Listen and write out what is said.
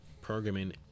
programming